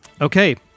Okay